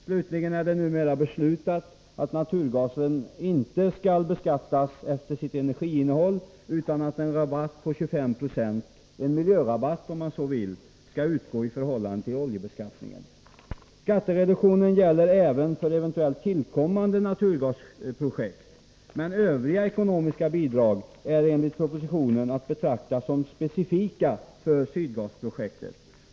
Slutligen är det numera beslutat att naturgasen inte skall beskattas efter sitt energiinnehåll utan att en rabatt på 25 96, en miljörabatt om man så vill, skall utgå i förhållande till oljebeskattningen. Skattereduktionen gäller även för eventuellt tillkommande naturgasprojekt. Men övriga ekonomiska bidrag är enligt propositionen att betrakta som specifika för Sydgasprojektet.